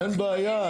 אין בעיה.